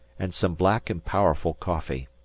and some black and powerful coffee.